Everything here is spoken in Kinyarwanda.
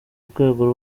rwego